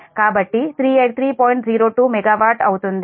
02 MW అవుతుంది